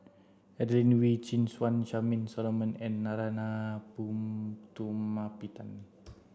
Adelene Wee Chin Suan Charmaine Solomon and Narana Putumaippittan